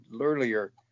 earlier